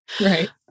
Right